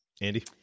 Andy